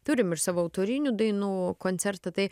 turim ir savo autorinių dainų koncertą tai